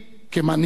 כמנהיג,